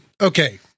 okay